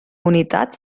unitat